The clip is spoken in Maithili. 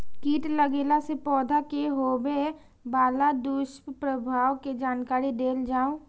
कीट लगेला से पौधा के होबे वाला दुष्प्रभाव के जानकारी देल जाऊ?